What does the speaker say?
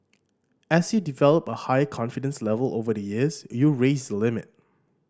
as you develop a higher confidence level over the years you raise the limit